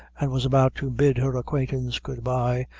and was about to bid her acquaintance good-bye,